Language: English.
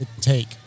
Take